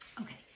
Okay